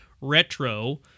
retro